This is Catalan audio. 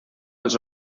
els